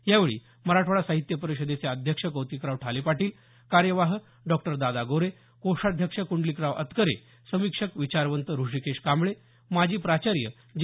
यावेळी मराठवाडा साहित्य परिषदेचे अध्यक्ष कौतिकराव ठाले पाटील कार्यवाह डॉक्टर दादा गोरे कोषाध्यक्ष कूंडलिकराव अतकरे समीक्षक विचारवंत ऋषिकेश कांबळे माजी प्राचार्य जे